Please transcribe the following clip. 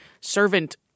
servant